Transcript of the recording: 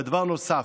ודבר נוסף,